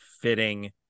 fitting